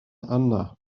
yna